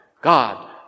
God